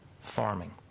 farming